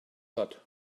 got